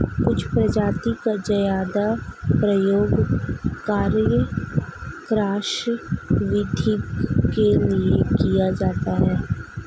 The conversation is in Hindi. कुछ प्रजाति का ज्यादा प्रयोग क्रॉस ब्रीडिंग के लिए किया जाता है